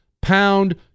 Pound